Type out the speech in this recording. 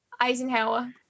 Eisenhower